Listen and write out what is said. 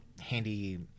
handy